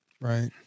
Right